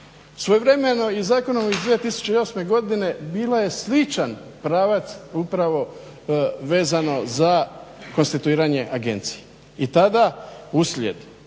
Svojevremeno i zakonom iz 2008. godine bila je sličan pravac upravo vezano za konstituiranje agencije i tada uslijed